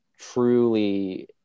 truly